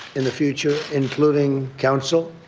in the future, including counsel.